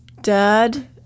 Dad